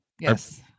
Yes